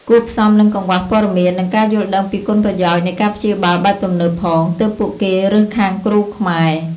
គួបផ្សំនឹងកង្វះព័ត៌មាន និងការយល់ដឹងពីគុណប្រយោជន៍នៃការព្យាបាលបែបទំនើបផង ទើបពួកគេរើសខាងគ្រូខ្មែរ។